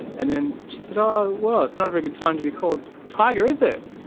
and then she said oh well, it's not a good time to be called tiger, is it?